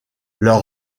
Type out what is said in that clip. leur